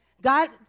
God